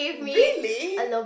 really